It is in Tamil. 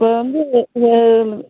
இப்போ வந்து இது